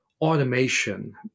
automation